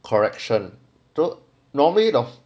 correction so normally the